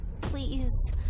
please